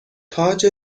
تاج